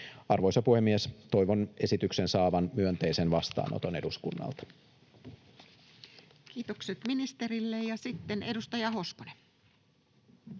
Arvoisa puhemies! Toivon esityksen saavan myönteisen vastaanoton eduskunnalta. Kiitokset ministerille. — Ja sitten edustaja Hoskonen.